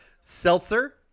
seltzer